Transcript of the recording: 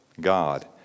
God